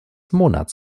monats